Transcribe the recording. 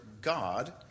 God